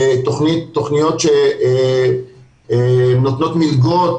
תכניות שנותנות מילגות